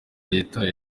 leta